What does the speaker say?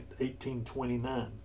1829